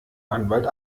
anwalt